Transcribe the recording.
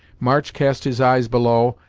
march cast his eyes below,